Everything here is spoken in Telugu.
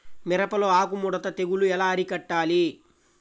మిరపలో ఆకు ముడత తెగులు ఎలా అరికట్టాలి?